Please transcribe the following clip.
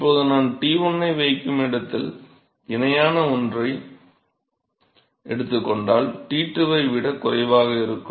இப்போது நான் T1 ஐ வைக்கும் இடத்தில் இணையான ஒன்றை எடுத்துக் கொண்டால் T2 ஐ விட குறைவாக இருக்கும்